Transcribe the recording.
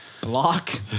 Block